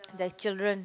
there children